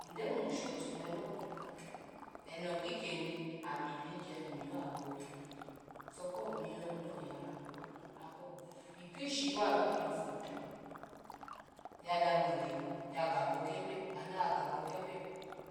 Nde mun shotunehe lo nkokame eno ki ikyeni ami pin kiya myiy abo kiyun sai ko nmiyon no nyya ra ko buhu, nra ko buhu ipishi man anu pin fun la, ya damo ogye ya gabo kebye anu ya gabo kebye